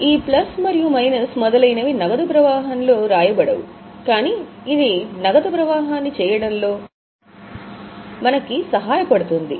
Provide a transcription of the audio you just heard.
ఈ ప్లస్ మరియు మైనస్ మొదలైనవి నగదు ప్రవాహంలో వ్రాయబడవు కాని ఇది నగదు ప్రవాహాన్ని చేయడంలో దాన్ని పొందడంలో మనకు సహాయపడుతుంది